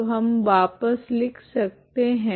तो हम वापस लिख सकते है